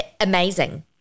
amazing